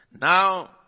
Now